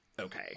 okay